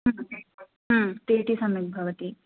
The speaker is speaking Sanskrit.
टिटि सम्यक् भवति